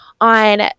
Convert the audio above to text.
on